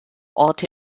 orte